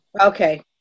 Okay